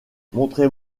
montrez